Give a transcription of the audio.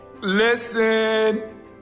listen